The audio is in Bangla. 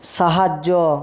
সাহায্য